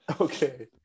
okay